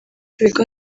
ibigo